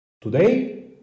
Today